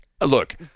Look